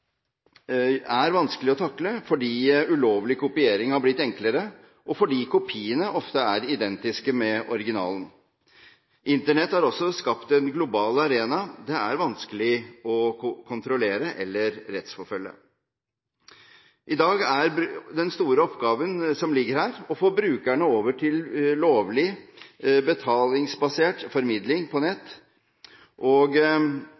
er vanskelig å kontrollere eller rettsforfølge. I dag er den store oppgaven som ligger her, å få brukerne over til lovlig, betalingsbasert formidling på nett. Utgangspunktet er at de i mange tilfeller har vent seg til at dette er gratis, og